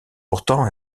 pourtant